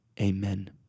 Amen